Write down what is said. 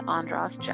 Andros